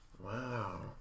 Wow